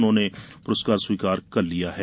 उन्होंने पुरस्कार स्वीकार कर लिया है